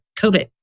COVID